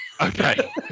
Okay